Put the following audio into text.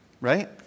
right